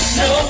no